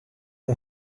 mon